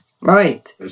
Right